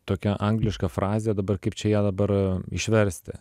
tokia angliška frazė dabar kaip čia ją dabar išversti